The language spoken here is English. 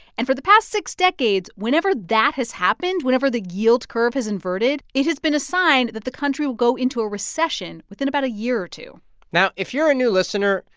and for the past six decades, whenever that has happened, whenever the yield curve has inverted, it has been a sign that the country will go into a recession within about a year or two now if you're a new listener,